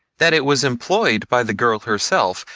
that it was employed by the girl herself,